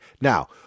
Now